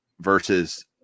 Versus